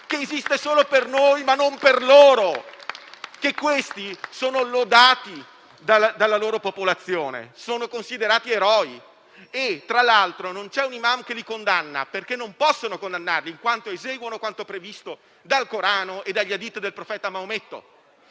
che esiste solo per noi, ma non per loro; sono lodati dalla loro popolazione e sono considerati eroi e, tra l'altro, non ci sono *imam* che li condannino, perché non possono farlo, in quanto eseguono quanto previsto dal Corano e dagli *hadith* del profeta Maometto.